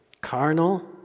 Carnal